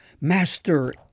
Master